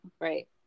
Right